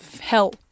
hell